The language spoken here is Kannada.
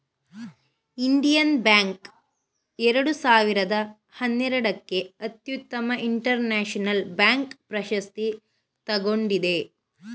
ಇಂಡಿಯನ್ ಬ್ಯಾಂಕ್ ಎರಡು ಸಾವಿರದ ಹನ್ನೆರಡಕ್ಕೆ ಅತ್ಯುತ್ತಮ ಇಂಟರ್ನ್ಯಾಷನಲ್ ಬ್ಯಾಂಕ್ ಪ್ರಶಸ್ತಿ ತಗೊಂಡಿದೆ